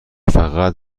فقط